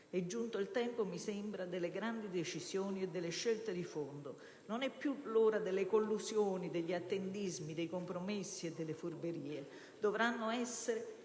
giunto il tempo, mi sembra, delle grandi decisioni e delle scelte di fondo. Non è più l'ora delle collusioni, degli attendismi, dei compromessi e delle furberie. Dovranno essere,